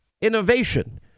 innovation